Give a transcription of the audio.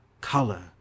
Color